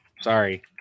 Sorry